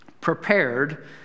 prepared